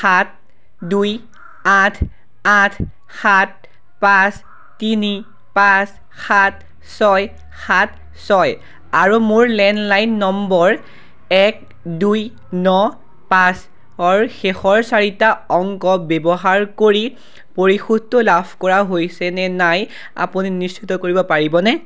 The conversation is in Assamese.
সাত দুই আঠ আঠ সাত পাঁচ তিনি পাঁচ সাত ছয় সাত ছয় আৰু মোৰ লেণ্ডলাইন নম্বৰ এক দুই ন পাঁচৰ শেষৰ চাৰিটা অংক ব্যৱহাৰ কৰি পৰিশোধটো লাভ কৰা হৈছে নে নাই আপুনি নিশ্চিত কৰিব পাৰিবনে